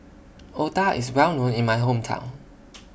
Otah IS Well known in My Hometown